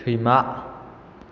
सैमा